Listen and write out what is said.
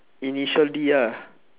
initial D ah